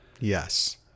Yes